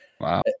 Wow